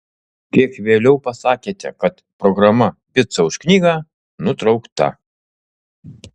kiek vėliau pasakėte kad programa pica už knygą nutraukta